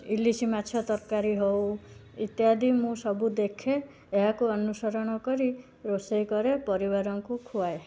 ଇଲିଶି ମାଛ ତରକାରୀ ହଉ ଇତ୍ୟାଦି ମୁଁ ସବୁ ଦେଖେ ଏହାକୁ ଅନୁସରଣ କରି ରୋଷେଇ କରେ ପରିବାରଙ୍କୁ ଖୁଆଏ